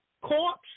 Corpse